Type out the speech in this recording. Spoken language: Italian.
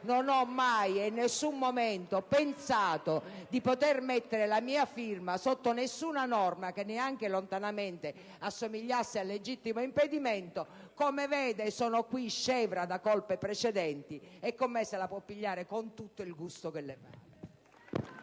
non ho mai, in nessun momento, pensato di poter mettere la mia firma sotto nessuna norma che anche lontanamente assomigliasse al legittimo impedimento, sono qui scevra da colpe precedenti. E con me se la può pigliare con tutto il gusto che le